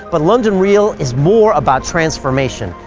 but london real is more about transformation.